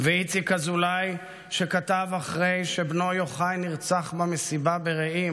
איציק אזולאי כתב אחרי שבנו יוחאי נרצח במסיבה ברעים: